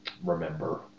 remember